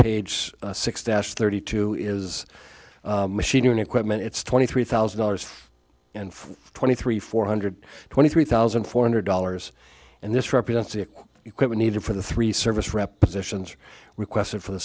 page six dash thirty two is machine equipment it's twenty three thousand dollars and twenty three four hundred twenty three thousand four hundred dollars and this represents the equipment needed for the three service rep positions requested for the